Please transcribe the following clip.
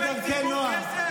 לגנוב מכספי ציבור כסף?